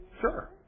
Sure